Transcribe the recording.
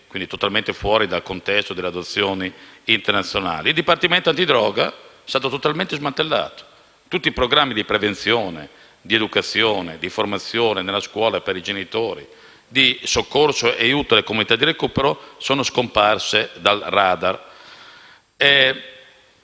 quindi totalmente al di fuori dal contesto delle adozioni internazionali. Il Dipartimento antidroga è stato totalmente smantellato. Tutti i programmi di prevenzione, educazione e formazione nella scuola e per i genitori e di soccorso e aiuto sono scomparsi dal *radar*.